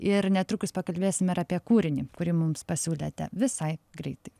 ir netrukus pakalbėsim ir apie kūrinį kurį mums pasiūlėte visai greitai